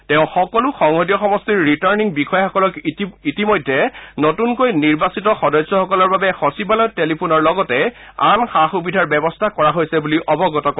তেওঁ সকলো সংসদীয় সমষ্টিৰ ৰিটাৰ্ণিং বিষয়াসকলক ইতিমধ্যে নতূনকৈ নিৰ্বাচিত সদস্যসকলৰ বাবে সচিবালয়ত টেলিফোনৰ লগতে আন সা সুবিধাৰ ব্যৱস্থা কৰা হৈছে বুলি অৱগত কৰে